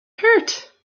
hurt